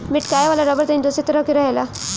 मेटकावे वाला रबड़ तनी दोसरे तरह के रहेला